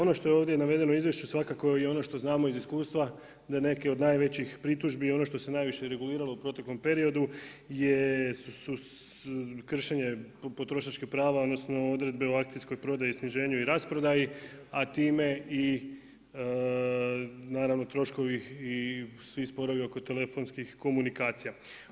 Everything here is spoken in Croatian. Ono što je ovdje navedeno u izvješću svakako je ono što znamo iz iskustva da neke od najvećih pritužbi, ono što se najviše reguliralo u proteklom periodu, je kršenje potrošačkih prava, odnosno odredbe o akcijskoj prodaji sniženju i rasprodaji, a time i naravno troškovi i svi sporovi oko telefonskih telekomunikacija.